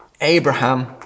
Abraham